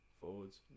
Forwards